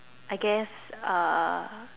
I guess uh